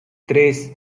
tres